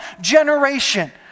generation